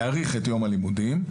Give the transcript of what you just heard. להאריך את יום הלימודים,